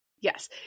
yes